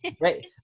Right